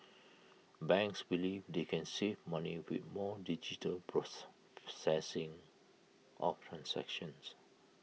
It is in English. banks believe they can save money with more digital process processing of transactions